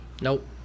Nope